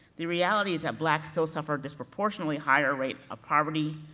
the realities that blacks still suffer disproportionately higher rate of poverty,